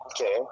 Okay